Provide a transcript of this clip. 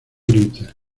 grites